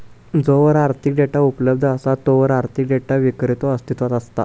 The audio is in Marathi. जोवर आर्थिक डेटा उपलब्ध असा तोवर आर्थिक डेटा विक्रेतो अस्तित्वात असता